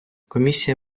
комісія